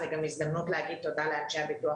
זו גם הזדמנות להגיד תודה לאנשי הביטוח